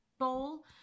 bowl